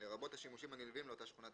בתחום שכונת